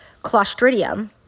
Clostridium